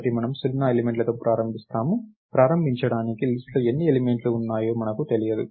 కాబట్టి మనము సున్నా ఎలిమెంట్లతో ప్రారంభిస్తాము ప్రారంభించడానికి లిస్ట్ లో ఎన్ని ఎలిమెంట్ లు ఉన్నాయో మనకు తెలియదు